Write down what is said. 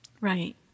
Right